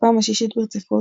בפעם השישית ברציפות,